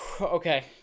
Okay